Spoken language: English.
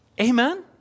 Amen